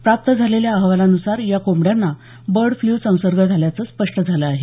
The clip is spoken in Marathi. प्राप्त झालेल्या अहवालानुसार या कोंबड्यांना बर्ड फ्ल्यू संसर्ग झाल्याचं स्पष्ट झाले आहे